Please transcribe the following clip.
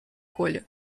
коля